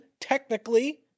technically